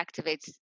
activates